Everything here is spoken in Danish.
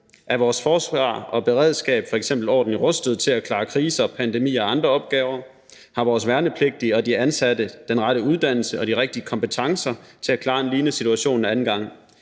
Er vores forsvar og beredskab f.eks. ordentligt rustet til at klare kriser, pandemier og andre opgaver? Har vores værnepligtige og de ansatte den rette uddannelse og de rigtige kompetencer til at klare en lignende situation en anden gang?